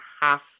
half